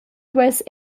duess